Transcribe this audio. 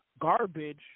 Garbage